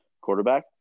quarterback